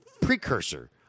precursor